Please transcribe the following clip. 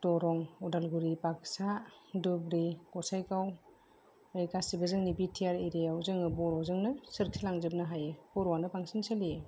दरं उदालगुरि बाकसा धुबुरि गसाइगाव ओरै गासिबो जोंनि बि टि आर एरियायाव जोङो बर'जोंनो सोरखिलांजोबनो हायो बर'आनो बांसिन सोलियो